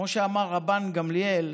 כמו שאמר רבן גמליאל,